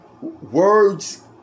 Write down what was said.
words